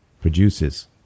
produces